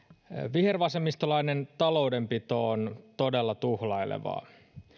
vihervasemmistolainen taloudenpito on todella tuhlailevaa